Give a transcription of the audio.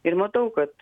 ir matau kad